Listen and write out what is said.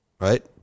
right